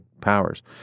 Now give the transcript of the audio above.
powers